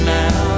now